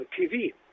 TV